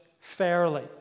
fairly